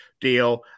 deal